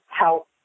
help